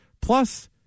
Plus